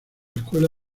escuela